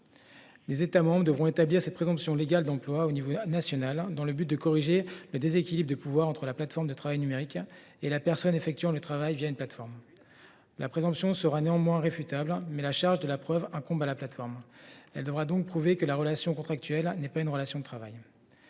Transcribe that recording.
Les États membres devront établir cette présomption légale d’emploi à l’échelle nationale, afin de corriger le déséquilibre de pouvoir entre la plateforme de travail numérique et la personne effectuant le travail la plateforme. La présomption sera certes réfutable, mais la charge de la preuve incombera à la plateforme : celle ci devra prouver que la relation contractuelle n’est pas une relation de travail.